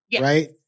right